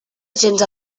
gens